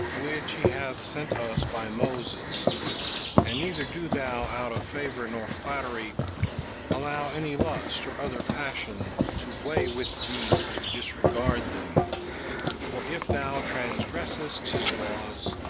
which he hath sent us by moses and neither do thou out of favor nor flattery allow any lust or other passion to weigh with thee to disregard them for if thou transgressest his laws,